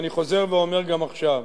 ואני חוזר ואומר גם עכשיו: